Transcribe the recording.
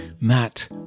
Matt